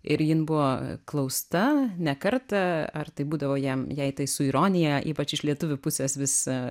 ir jin buvo klausta ne kartą ar tai būdavo jam jai tai su ironija ypač iš lietuvių pusės vis